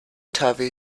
turvy